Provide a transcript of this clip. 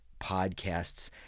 podcasts